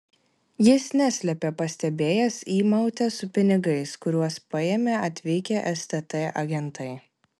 jis neslėpė pastebėjęs įmautę su pinigais kuriuos paėmė atvykę stt agentai